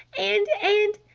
and and